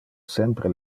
sempre